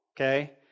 okay